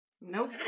Nope